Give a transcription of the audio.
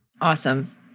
Awesome